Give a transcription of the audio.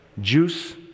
juice